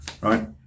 Right